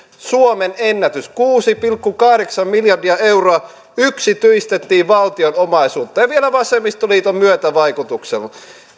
suomen ennätys kuusi pilkku kahdeksan miljardia euroa yksityistettiin valtion omaisuutta ja vielä vasemmistoliiton myötävaikutuksella